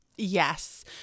Yes